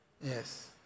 Yes